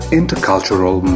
intercultural